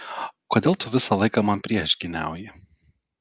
kodėl tu visą laiką man priešgyniauji